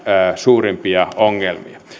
suurimpia ongelmiamme